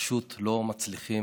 פשוט לא מצליחים